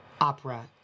Opera